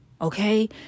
okay